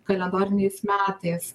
kalendoriniais metais